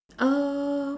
uh